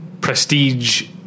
prestige